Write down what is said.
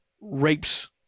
rapes